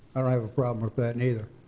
i don't have a problem with that neither.